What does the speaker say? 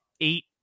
eight